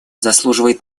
заслуживает